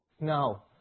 Now